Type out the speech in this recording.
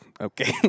Okay